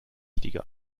wichtiger